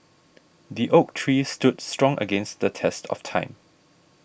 the oak tree stood strong against the test of time